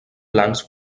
blancs